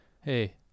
Hey